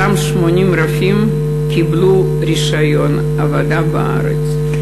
80 רופאים קיבלו רישיון עבודה בארץ.